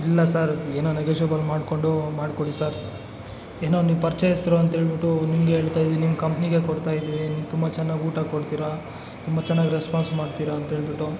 ಇಲ್ಲ ಸರ್ ಏನೋ ನೆಗೋಷಿಯೇಬಲ್ ಮಾಡಿಕೊಂಡು ಮಾಡಿಕೊಡಿ ಸರ್ ಏನೋ ನೀವು ಪರಿಚಯಸ್ಥರು ಅಂಥೇಳ್ಬಿಟ್ಟು ನಿಮಗೆ ಹೇಳ್ತಾಯಿದ್ದೀನಿ ನಿಮ್ಮ ಕಂಪ್ನಿಗೆ ಕೊಡ್ತಾಯಿದ್ದೀವಿ ನೀವು ತುಂಬ ಚೆನ್ನಾಗಿ ಊಟ ಕೊಡ್ತೀರಾ ತುಂಬ ಚೆನ್ನಾಗಿ ರೆಸ್ಪಾನ್ಸ್ ಮಾಡ್ತೀರಾ ಅಂತ ಹೇಳ್ಬಿಟ್ಟು